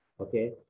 okay